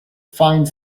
fine